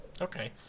Okay